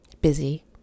busy